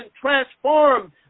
transformed